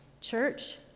church